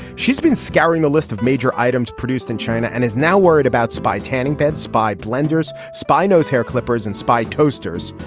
she's been scouring the list of major items produced in china and is now worried about spy tanning bed spy blenders spy nose hair clippers and spy toasters.